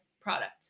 product